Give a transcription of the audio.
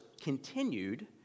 continued